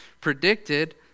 predicted